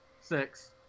Six